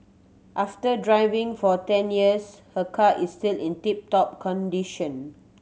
after driving for ten years her car is still in tip top condition